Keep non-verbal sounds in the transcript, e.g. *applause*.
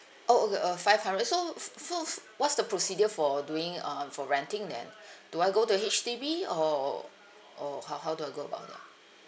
oh okay uh five hundred so f~ f~ so f~ what's the procedure for doing uh for renting then *breath* do I go to H_D_B or or how how do I go about that